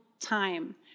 time